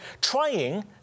trying